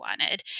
wanted